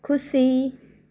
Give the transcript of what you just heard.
खुसी